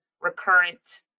recurrent